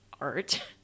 art